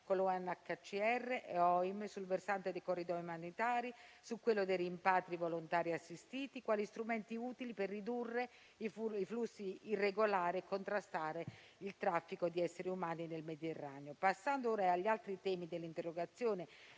migrazioni (OIM), sul versante dei corridoi umanitari e su quello dei rimpatri volontari assistiti, quali strumenti utili per ridurre i flussi irregolari e contrastare il traffico di esseri umani nel Mediterraneo. Passando ora agli altri temi dell'interrogazione